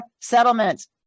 settlements